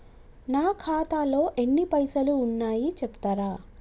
నా ఖాతాలో ఎన్ని పైసలు ఉన్నాయి చెప్తరా?